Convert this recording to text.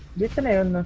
little man